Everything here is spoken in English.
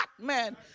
man